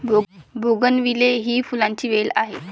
bougainvillea ही फुलांची वेल आहे